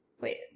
Wait